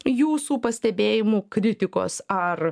jūsų pastebėjimų kritikos ar